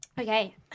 Okay